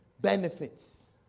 Benefits